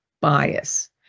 bias